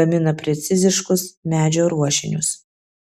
gamina preciziškus medžio ruošinius